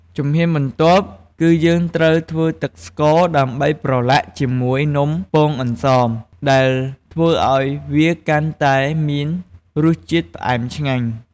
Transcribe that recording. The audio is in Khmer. ជំហានបន្ទាប់ គឺយើងត្រូវធ្វើទឹកស្ករដើម្បីប្រឡាក់ជាមួយនំពងអន្សង ដែលធ្វើឱ្យវាកាន់តែមានរសជាតិផ្អែមឆ្ងាញ់។